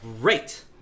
great